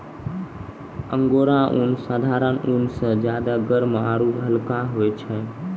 angora ऊन साधारण ऊन स ज्यादा गर्म आरू हल्का होय छै